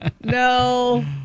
no